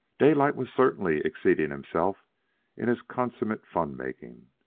daylight was certainly exceeding himself in his consummate fun-making.